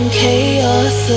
chaos